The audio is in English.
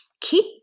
keep